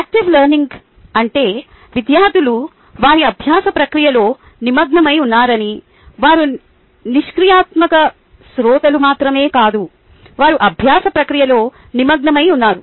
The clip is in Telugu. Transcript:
యాక్టివ్ లెర్నింగ్ అంటే విద్యార్థులు వారి అభ్యాస ప్రక్రియలో నిమగ్నమై ఉన్నారని వారు నిష్క్రియాత్మక శ్రోతలు మాత్రమే కాదు వారు అభ్యాస ప్రక్రియలో నిమగ్నమై ఉన్నారు